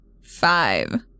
Five